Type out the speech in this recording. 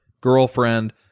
girlfriend